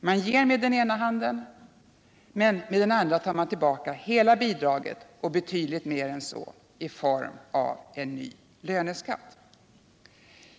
Man ger med den ena handen, men med den andra handen tar man tillbaka hela bidraget och betydligt mer än så i form av en ny löneskatt.